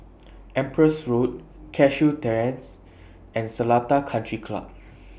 Empress Road Cashew Terrace and Seletar Country Club